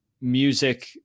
music